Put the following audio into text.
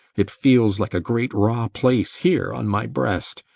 it feels like a great raw place here on my breast.